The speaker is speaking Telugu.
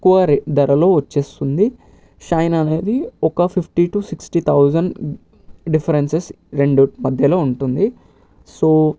తక్కువ రేట్ ధరలో వచ్చేస్తుంది షైన్ అనేది ఒక fifty to sixty thousand differences రెండు మధ్యలో ఉంటుంది సో